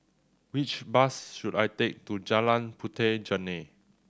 which bus should I take to Jalan Puteh Jerneh